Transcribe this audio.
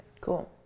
Cool